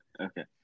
Okay